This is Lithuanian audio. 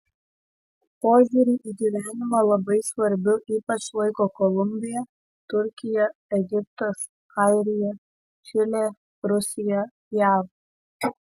požiūrį į gyvenimą labai svarbiu ypač laiko kolumbija turkija egiptas airija čilė rusija jav